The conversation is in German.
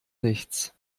nichts